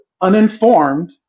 uninformed